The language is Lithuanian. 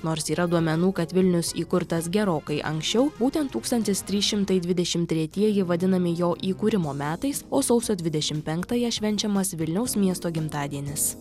nors yra duomenų kad vilnius įkurtas gerokai anksčiau būtent tūkstantis trys šimtai dvidešim tretieji vadinami jo įkūrimo metais o sausio dvidešimt penktąją švenčiamas vilniaus miesto gimtadienis